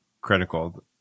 critical